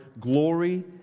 glory